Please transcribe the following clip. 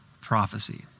prophecy